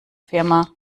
firma